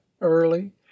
early